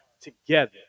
together